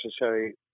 necessary